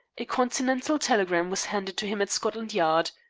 a continental telegram was handed to him at scotland yard